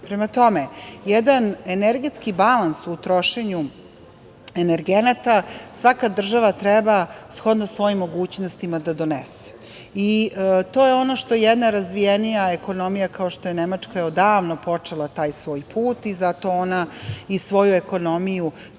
Prema tome, jedan energetski balans o trošenju energenata svaka država treba shodno svojim mogućnostima da donese. To je ono što je jedna razvijenija ekonomija, kao što je Nemačka, odavno počela, taj svoj put, i zato ona i svoju ekonomiju,